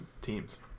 teams